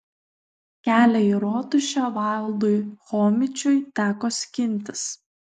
kelią į rotušę valdui chomičiui teko skintis